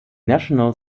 national